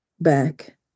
back